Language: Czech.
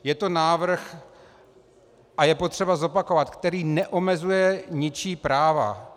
Je to návrh, a je potřeba to zopakovat, který neomezuje ničí práva.